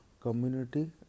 community